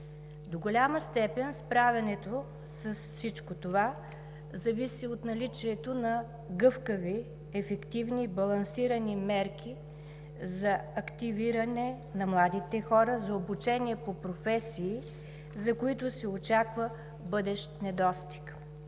До голяма степен справянето с всичко това зависи от наличието на гъвкави, ефективни, балансирани мерки за активиране на младите хора за обучение по професии, за които се очаква бъдещ недостиг.